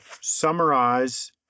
summarize